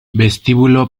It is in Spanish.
vestíbulo